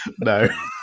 No